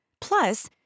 Plus